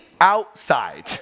outside